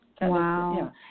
Wow